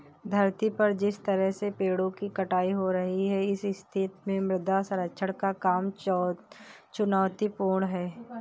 धरती पर जिस तरह से पेड़ों की कटाई हो रही है इस स्थिति में मृदा संरक्षण का काम चुनौतीपूर्ण है